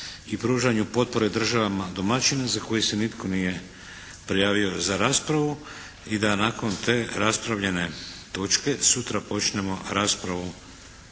i pružanju potpore države domaćina. Za koju se nitko nije prijavio za raspravu i da nakon te raspravljene točke sutra počnemo raspravu